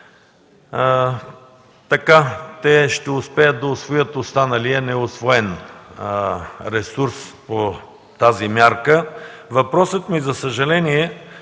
Така те ще успеят да усвоят останалия неусвоен ресурс по тази мярка. Въпросът ми за съжаление,